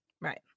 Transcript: Right